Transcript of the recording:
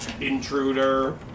intruder